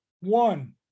one